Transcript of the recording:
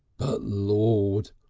but lord!